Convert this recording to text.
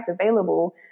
available